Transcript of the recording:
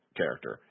character